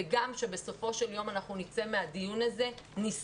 וגם שבסופו של יום אנחנו נצא מהדיון הזה נשכרים.